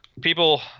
people